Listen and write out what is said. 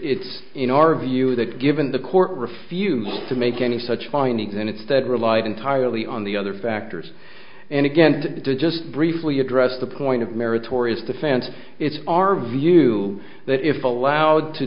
's in our view that given the court refused to make any such findings in its stead relied entirely on the other factors and again just briefly address the point of meritorious defense it's our view that if allowed to